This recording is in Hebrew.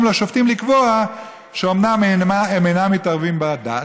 לשופטים לקבוע שאומנם הם אינם מתערבים בדת,